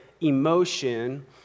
emotion